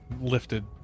lifted